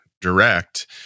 direct